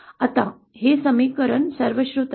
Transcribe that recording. आता हे समीकरण सर्वश्रुत आहे